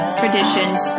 traditions